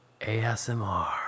ASMR